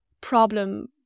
problem